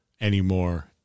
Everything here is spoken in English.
anymore